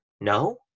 no